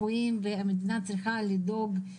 סופגים את זה יום יום ואי אפשר לדעת מתי זה יהיה.